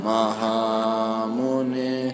Mahamuni